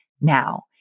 now